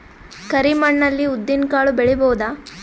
ಕರಿ ಮಣ್ಣ ಅಲ್ಲಿ ಉದ್ದಿನ್ ಕಾಳು ಬೆಳಿಬೋದ?